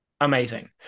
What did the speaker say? amazing